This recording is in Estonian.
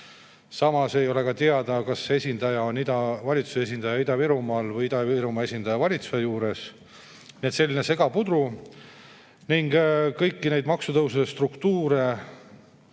Samas ei ole teada, kas esindaja on valitsuse esindaja Ida-Virumaal või Ida-Virumaa esindaja valitsuse juures. Nii et selline segapudru. Kõiki neid maksutõusude struktuure